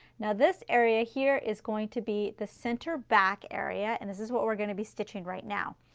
now this area here is going to be the center back area, and this is what we're going to be stitching right now.